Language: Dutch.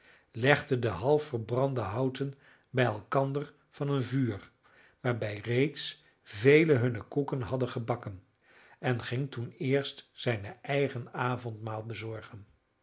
legde de halfverbrande houten bij elkander van een vuur waarbij reeds velen hunne koeken hadden gebakken en ging toen eerst zijn eigen avondmaal bezorgen